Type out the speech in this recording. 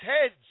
heads